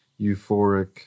euphoric